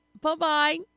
Bye-bye